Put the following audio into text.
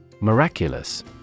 Miraculous